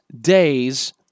days